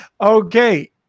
okay